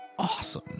Awesome